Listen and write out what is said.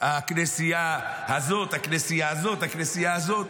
הכנסייה הזאת, הכנסייה הזאת, הכנסייה הזאת,